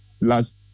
last